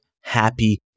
happy